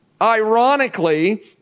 ironically